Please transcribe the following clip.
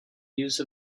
use